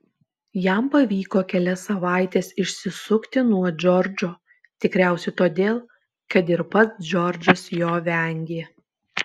jam pavyko kelias savaites išsisukti nuo džordžo tikriausiai todėl kad ir pats džordžas jo vengė